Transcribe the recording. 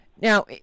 Now